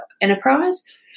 enterprise